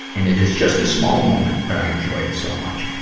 and it is just a small moment, but i enjoy it so much.